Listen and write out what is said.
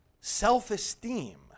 self-esteem